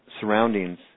surroundings